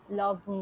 love